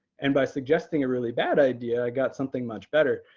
and by suggesting a really bad idea, i got something much better,